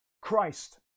Christ